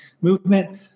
movement